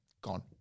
Gone